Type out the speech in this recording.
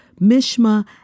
Mishma